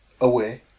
away